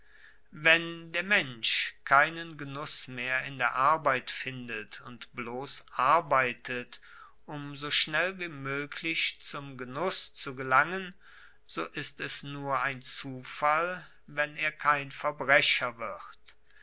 wenn der mensch keinen genuss mehr in der arbeit findet und bloss arbeitet um so schnell wie moeglich zum genuss zu gelangen so ist es nur ein zufall wenn er kein verbrecher wird